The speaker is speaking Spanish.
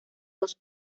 dos